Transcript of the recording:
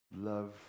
Love